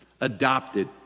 Adopted